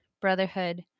brotherhood